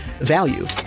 Value